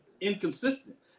inconsistent